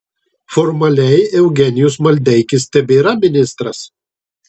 formaliai eugenijus maldeikis tebėra ministras